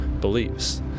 beliefs